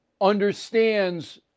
understands